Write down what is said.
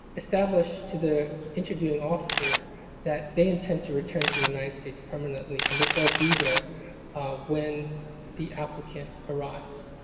establish to the interviewing officer that they intend to return to the united states permanently and that they'll be there when the applicant arrives.